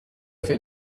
fait